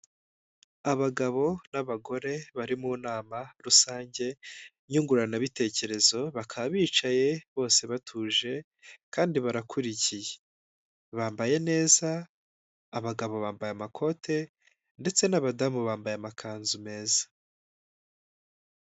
Abagabo n'abagore bari mu nama rusange nyunguranabitekerezo bakaba bicaye bose batuje kandi barakurikiye bambaye neza abagabo bambaye amakote ndetse n'abadamu bambaye amakanzu meza.